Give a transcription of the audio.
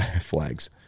flags